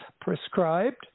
prescribed